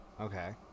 Okay